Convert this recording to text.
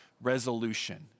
resolution